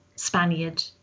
Spaniard